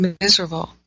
miserable